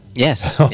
Yes